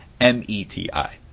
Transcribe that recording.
M-E-T-I